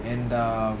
and eum